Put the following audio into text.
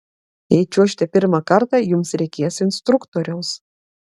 jei čiuošite pirmą kartą jums reikės instruktoriaus